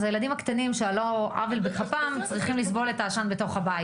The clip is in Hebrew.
אז הילדים הקטנים צריכים לסבול את העשן בתוך הבית.